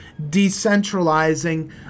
decentralizing